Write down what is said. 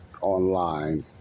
online